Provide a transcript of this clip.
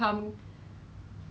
cashier I think